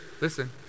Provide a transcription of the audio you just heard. listen